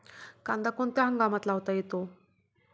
कांदा कोणत्या हंगामात लावता येतो?